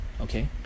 okay